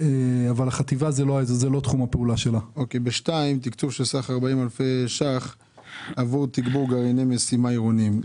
ב-2 יש תקצוב סך של 40,000 אלפי ש"ח עבור תגבור גרעיני משימה עירוניים.